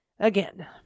Again